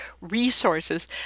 resources